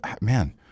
man